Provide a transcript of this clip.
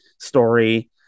story